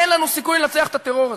אין לנו סיכוי לנצח את הטרור הזה.